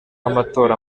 amatora